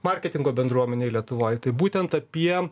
marketingo bendruomenėj lietuvoj tai būtent apie